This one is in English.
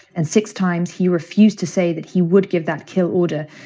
and six times, he refused to say that he would give that kill order.